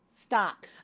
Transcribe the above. stop